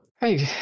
Hey